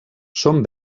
són